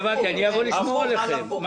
לא הבנתי, אני אמור לשמור עליכם.